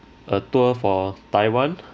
a tour for taiwan